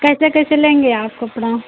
कैसे कैसे लेंगे आप कपड़ा